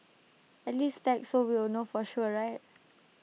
at least tag so we'll know for sure right